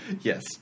Yes